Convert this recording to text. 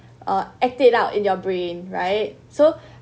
uh act it out in your brain right so